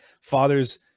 father's